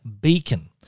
Beacon